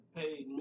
paid